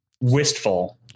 wistful